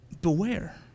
beware